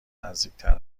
نزدیکتر